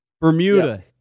Bermuda